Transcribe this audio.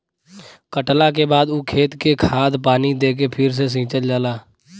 कटला के बाद ऊ खेत के खाद पानी दे के फ़िर से सिंचल जाला